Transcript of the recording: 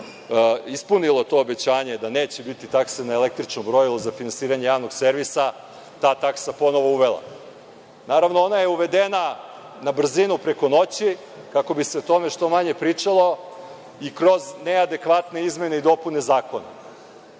ispunilo to obećanje da neće biti takse na električno brojilo za finansiranje javnog servisa, ta taksa ponovo uvela. Naravno, ona je uvedena na brzinu, preko noći, kako bi se o tome što manje pričalo i kroz neadekvatne izmene i dopune zakona. Tako